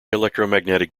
electromagnetic